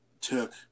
took